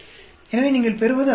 எனவே நீங்கள் பெறுவது அப்படித்தான்